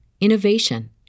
innovation